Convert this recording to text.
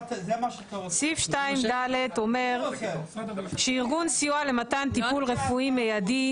סעיף 2(ד) אומר שארגון סיוע למתן טיפול רפואי מיידי,